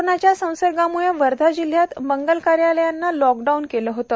कोरोनाच्या संसर्गाम्ळे वर्धा जिल्हयात मंगलकार्यालयाना लॉक डाऊन केले होते